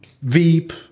Veep